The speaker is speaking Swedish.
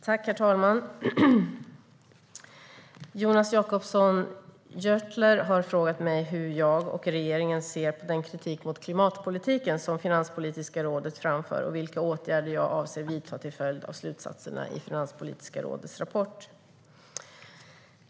Herr talman! Jonas Jacobsson Gjörtler har frågat mig hur jag och regeringen ser på den kritik mot klimatpolitiken som Finanspolitiska rådet framför och vilka åtgärder jag avser att vidta till följd av slutsatserna i Finanspolitiska rådets rapport.